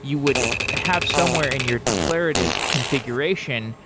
you would have somewhere in your declarative configuration